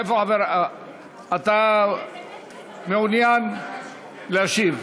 אתה מעוניין להשיב.